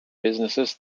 businesses